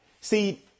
See